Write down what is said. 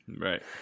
right